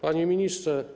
Panie Ministrze!